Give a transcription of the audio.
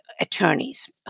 attorneys